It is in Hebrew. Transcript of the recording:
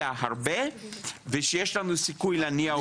הרבה ושיש לנו סיכוי להניע אותם מהיר.